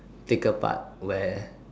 thicker part where